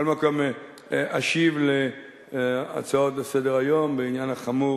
קודם כול אשיב להצעות לסדר-היום בעניין החמור